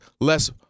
less